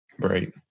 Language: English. Right